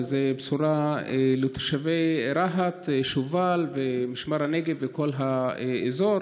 זו בשורה לתושבי רהט, שובל, משמר הנגב וכל האזור.